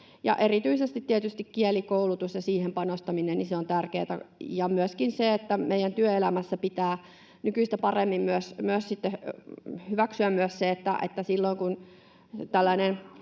tietysti kielikoulutus ja siihen panostaminen on tärkeätä ja myöskin se, että meidän työelämässä pitää nykyistä paremmin myös hyväksyä se, että tällainen